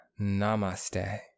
Namaste